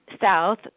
south